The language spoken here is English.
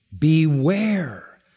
beware